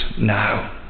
now